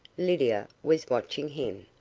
lydia was watching him.